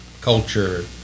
culture